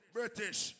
British